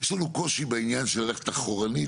שיש לנו קושי בעניין של ללכת אחורנית